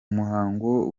muhango